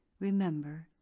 Remember